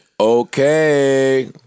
Okay